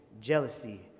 jealousy